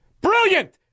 Brilliant